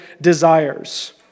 desires